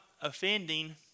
offending